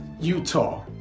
Utah